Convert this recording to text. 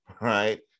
right